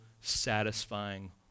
satisfying